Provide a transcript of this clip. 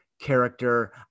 character